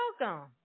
welcome